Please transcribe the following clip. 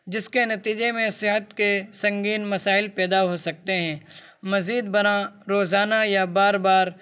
جس کے نتیجے میں صحت کے سنگین مسائل پیدا ہو سکتے ہیں مزید برآں روزانہ یا بار بار